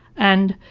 and,